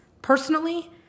Personally